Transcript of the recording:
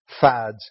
fads